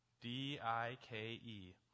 D-I-K-E